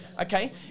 Okay